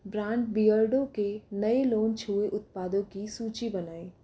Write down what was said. brand Beardo के नए launch हुए उत्पादों की सूची बनाएँ